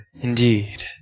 Indeed